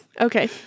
Okay